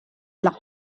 luck